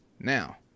Now